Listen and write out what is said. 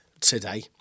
today